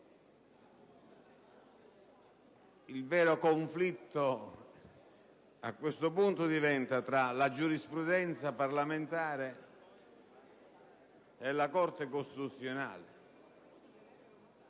Il vero conflitto a questo punto diventa tra la giurisprudenza parlamentare e la Corte costituzionale,